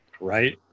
Right